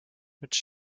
mit